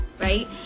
right